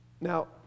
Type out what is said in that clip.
Now